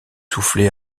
soufflé